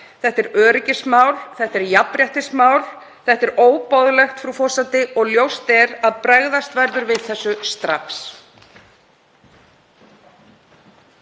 Þetta er öryggismál. Þetta er jafnréttismál. Þetta er óboðlegt, frú forseti, og ljóst er að bregðast verður við því strax.